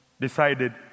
decided